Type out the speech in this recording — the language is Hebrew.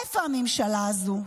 איפה הממשלה הזו?